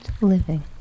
living